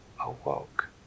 awoke